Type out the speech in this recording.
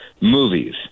movies